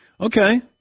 Okay